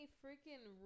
freaking